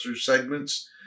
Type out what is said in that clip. segments